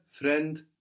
friend